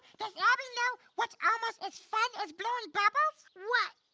does abby know what's almost as fun as blowing bubbles? what?